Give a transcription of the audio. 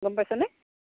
গম পাইছেনে